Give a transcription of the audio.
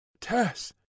tess